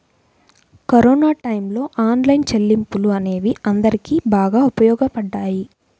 corona టైయ్యంలో online చెల్లింపులు అనేవి అందరికీ బాగా ఉపయోగపడ్డాయి